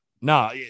no